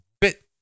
bit